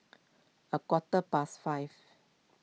a quarter past five